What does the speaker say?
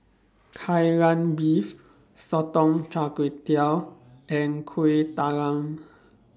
Kai Lan Beef Sotong Char Kway and Kueh Talam